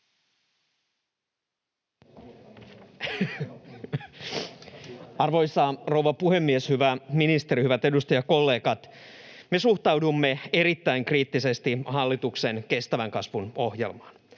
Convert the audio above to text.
Arvoisa rouva puhemies! Hyvä ministeri, hyvät edustajakollegat! Me suhtaudumme erittäin kriittisesti hallituksen kestävän kasvun ohjelmaan.